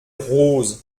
rose